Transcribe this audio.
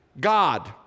God